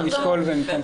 נשקול וניתן תשובה.